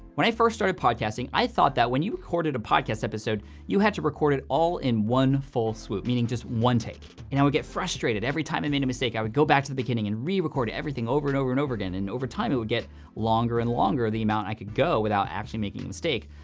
when i first started podcasting, i thought that when you recorded a podcast episode, you had to record it all in one full swoop, meaning just one take. and i would get frustrated. every time i made a mistake, i would go back to the beginning and re-record everything over and over and over again, and over time, it would get longer and longer, the amount i could go without actually making a mistake,